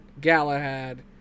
Galahad